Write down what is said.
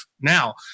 now